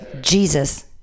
Jesus